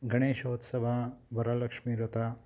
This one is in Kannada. ಗಣೇಶೋತ್ಸವ ವರಲಕ್ಷ್ಮಿ ವ್ರತ